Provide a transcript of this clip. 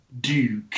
Duke